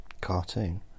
cartoon